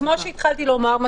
כמו שהתחלתי לומר,